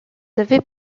avaient